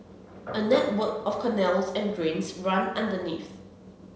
a network of canals and drains run underneath